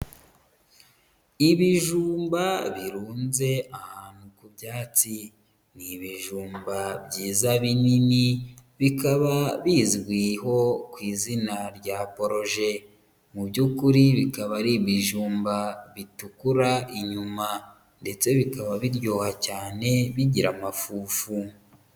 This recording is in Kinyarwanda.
Ibijumba birunze ahantu ku byatsi. Ni ibijumba byiza binini, bikaba bizwiho ku izina rya poloje. Mu by'ukuri bikaba ari ibijumba bitukura inyuma, ndetse bikaba biryoha cyane bigira amafufu.